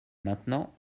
maintenant